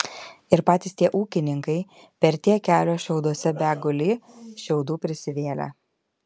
ir patys tie ūkininkai per tiek kelio šiauduose begulį šiaudų prisivėlę